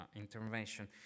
intervention